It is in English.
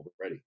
already